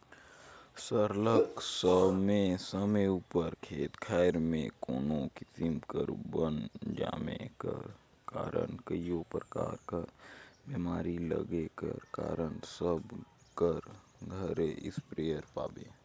सरलग समे समे उपर खेत खाएर में कोनो किसिम कर बन जामे कर कारन कइयो परकार कर बेमारी लगे कर कारन सब कर घरे इस्पेयर पाबे